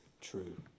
true